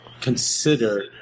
consider